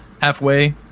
Halfway